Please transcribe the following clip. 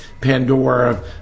Pandora